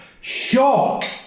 shock